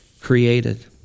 created